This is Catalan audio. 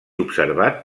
observat